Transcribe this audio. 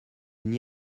n’y